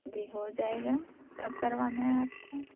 جی ہو جائے گا کب کروانا ہے آپ کو